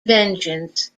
vengeance